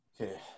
okay